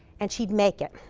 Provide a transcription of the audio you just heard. and she'd make it.